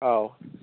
औ